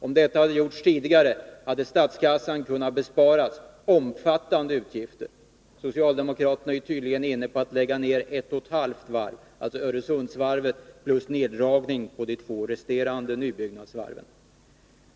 Om det hade gjorts tidigare, hade statskassan kunnat besparas omfattande utgifter. Socialdemokraterna är tydligen inne på att lägga ner ett och ett halvt varv — Öresundsvarvet plus neddragning på de två resterande nybyggnadsvarven.